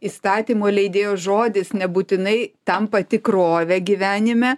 įstatymo leidėjo žodis nebūtinai tampa tikrove gyvenime